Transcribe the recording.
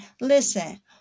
listen